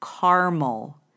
caramel